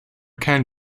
can